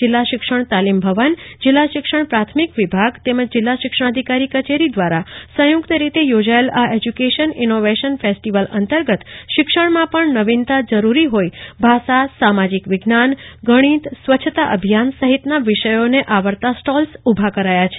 જિલ્લા શિક્ષણ તાલીમ ભવન જિલ્લા શિક્ષણ પ્રાથમિક વિભાગ તેમજ જિલ્લા શિક્ષણાધિકારી કચેરી દ્વારા સંયુક્ત રીતે યોજાયેલા આ એજ્યુકેશન ઇનોવેશન ફેસ્ટિવલ અંતર્ગત શિક્ષણમાં પણ નવીનતા જરૂરી હોઈ ભાષા સામાજિક વિજ્ઞાન ગણિત સ્વચ્છતા અભિથાન સહિતના વિષયોને આવરતા સ્ટોલ્સ ઉભા કરાયા છે